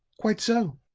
quite so.